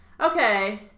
Okay